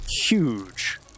huge